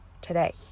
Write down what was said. today